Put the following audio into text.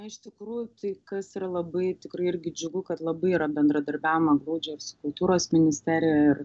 na iš tikrųjų tai kas yra labai tikrai irgi džiugu kad labai yra bendradarbiaujama glaudžiai ir su kultūros ministerija ir